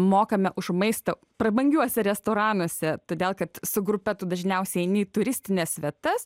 mokame už maistą prabangiuose restoranuose todėl kad su grupe tu dažniausiai eini į turistines vietas